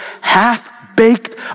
half-baked